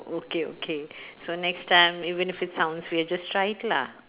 okay okay so next time even if it sounds weird just try it lah